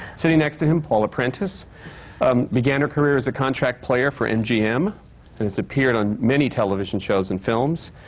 sitting next to him, paula prentiss um began her career as a contract player for mgm and has appeared on many television shows and films,